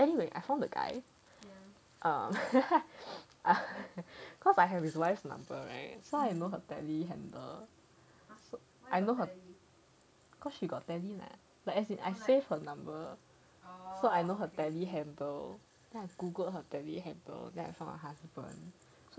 anyway I found the guy um cause I have his wife's number right so I know her tele handle so I know her cause she got tele lah like as in I save her number save her number so I know her tele handle then I googled her tele handle then I found her husband